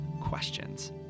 questions